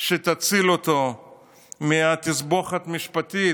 שתציל אותו מתסבוכת משפטית,